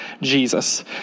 Jesus